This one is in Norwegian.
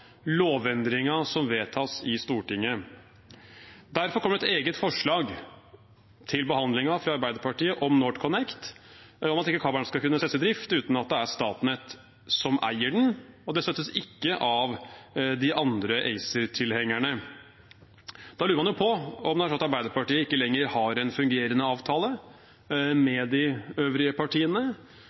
NorthConnect, om at kabelen ikke skal kunne settes i drift uten at det er Statnett som eier den. Det støttes ikke av de andre ACER-tilhengerne. Da lurer man jo på om det er sånn at Arbeiderpartiet ikke lenger har en fungerende avtale med de øvrige partiene.